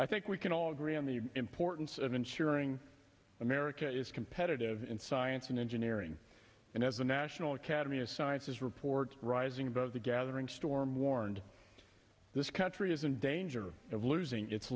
i think we can all agree on the importance of ensuring america is competitive in science and engineering and as the national academy of sciences report rising above the gathering storm warned this country is in danger of losing its